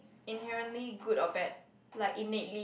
inherently good or bad like innately